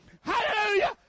Hallelujah